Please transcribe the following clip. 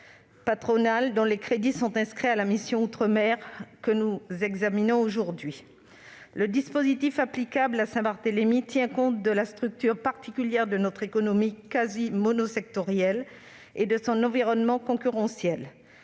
patronales dont les crédits sont inscrits à la mission « Outre-mer » que nous examinons aujourd'hui. Le dispositif applicable à Saint-Barthélemy tient compte de la structure particulière de notre économie, quasi monosectorielle, et de son environnement concurrentiel.